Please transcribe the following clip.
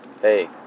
hey